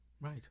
right